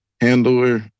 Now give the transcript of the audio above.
handler